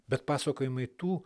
bet pasakojimai tų